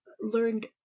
learned